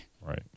right